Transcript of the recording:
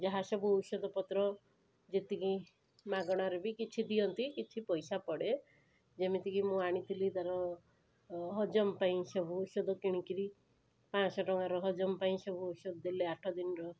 ଯାହାସବୁ ଔଷଧପତ୍ର ଯେତିକି ମାଗଣାରେ ବି କିଛି ଦିଅନ୍ତି କିଛି ପଇସା ପଡ଼େ ଯେମିତି କି ମୁଁ ଆଣିଥିଲି ତା'ର ହଜମ ପାଇଁ ସବୁ ଔଷଧ କିଣି କରି ପାଞ୍ଚଶହ ଟଙ୍କାର ହଜମ ପାଇଁ ସବୁ ଔଷଧ ଦେଲେ ଆଠଦିନର